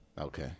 Okay